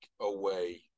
away